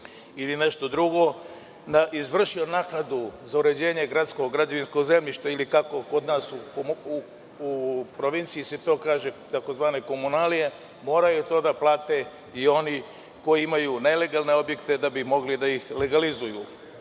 ili nešto drugo, izvršio naknadu za uređenje gradskog građevinskog zemljišta ili kako se kod nas u provinciji kaže tzv. komunalije, moraju to da plate i oni koji imaju nelegalne objekte da bi mogli da ih legalizuju. Postavlja